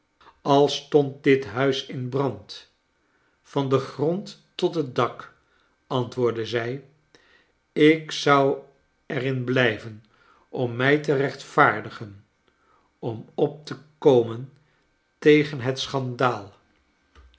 a stond dit huis in brand van den grond tot het dak antwoordde zij ik zou er in blijven orn mij te rechtvaardigeu om op te komen tegen het schandaal